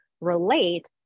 relate